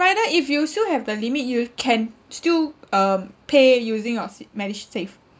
if you still have the limit you can still um pay using your C~ MediSave